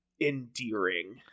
endearing